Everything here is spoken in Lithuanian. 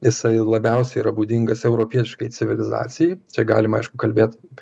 jisai labiausiai yra būdingas europietiškai civilizacijai čia galima aišku kalbėt